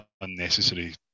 unnecessary